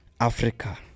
Africa